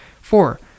Four